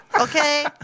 okay